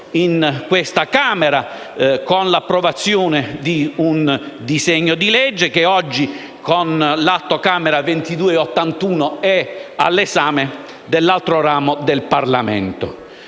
in Senato con l'approvazione di un disegno di legge che oggi, con l'Atto Camera 2281, è all'esame dell'altro ramo del Parlamento.